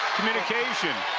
communication.